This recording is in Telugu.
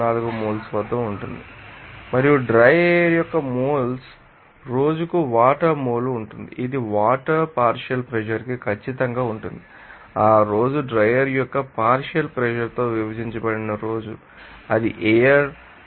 024 మోల్స్ వద్ద ఉంటుంది మరియు డ్రై ఎయిర్ యొక్క మోల్స్ ద్వారా రోజుకు వాటర్ మోల్ ఉంటుంది ఇది వాటర్ పార్షియల్ ప్రెషర్ కి ఖచ్చితంగా ఉంటుంది ఆ రోజు డ్రైయర్ యొక్క పార్షియల్ ప్రెషర్ తో విభజించబడిన రోజు అది ఎయిర్ 2